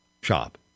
shop